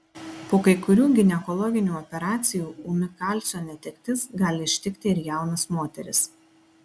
po kai kurių ginekologinių operacijų ūmi kalcio netektis gali ištikti ir jaunas moteris